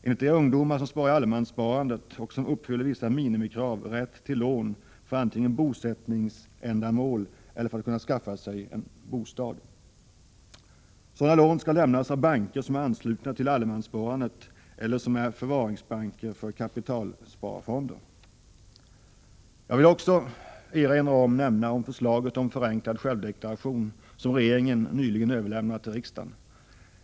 Enligt det har ungdomar som sparar i allemanssparandet och som uppfyller vissa minimikrav rätt till lån antingen för bosättningsändamål eller för att kunna skaffa sig bostad. Sådana lån skall lämnas av banker som är ansluta till allemanssparandet eller som är förvaringsbanker för kapitalsparfonder. Jag vill också erinra om förslaget om förenklad självdeklaration som regeringen nyligen överlämnat till riksdagen.